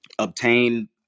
obtain